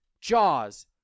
Jaws